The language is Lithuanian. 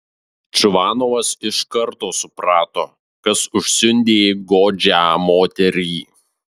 čvanovas iš karto suprato kas užsiundė godžią moterį